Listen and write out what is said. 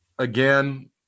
Again